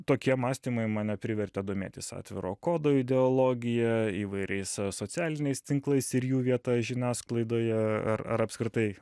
tokie mąstymai mane privertė domėtis atviro kodo ideologija įvairiais socialiniais tinklais ir jų vieta žiniasklaidoje ar ar apskritai